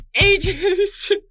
Ages